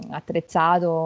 attrezzato